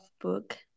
book